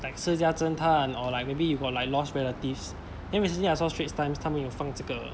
like 私家侦探 or like maybe you got like lost relatives then recently I saw straits times 他们有放这个